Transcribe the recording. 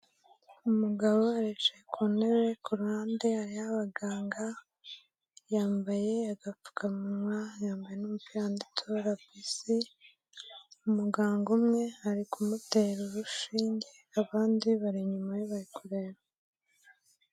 Umugabo yicaye ku ntebe ku ruhande hariho abaganga, yambaye agapfukanwa yambaye n'umupira wanditseho RBC, umuganga umwe ari kumutera urushinge abandi bari inyuma ye bari kureba.